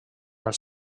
els